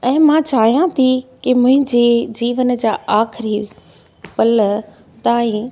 ऐं मां चाहियां थी की मुंहिंजी जीवन जा आख़िरी पल ताईं